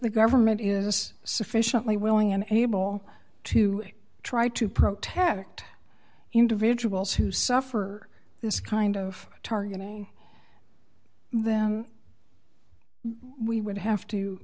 the government is sufficiently willing and able to try to protest act individuals who suffer this kind of targeting them we would have to